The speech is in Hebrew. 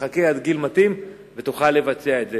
חכה עד גיל מתאים ותוכל לבצע את זה.